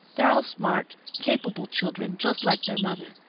they're all smart, capable children, just like their mother.